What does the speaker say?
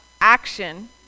action